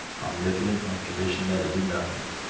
omnipotent on condition that it do nothing.